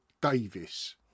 Davis